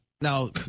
Now